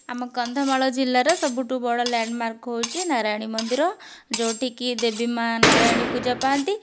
ଆମ କନ୍ଧମାଳ ଜିଲ୍ଲାର ସବୁଠୁ ବଡ଼ ଲ୍ୟାଣ୍ଡ ମାର୍କ ହେଉଛି ନାରାୟଣୀ ମନ୍ଦିର ଯେଉଁଠି କି ଦେବୀ ମା' ନାରାୟଣୀ ପୂଜା ପାଆନ୍ତି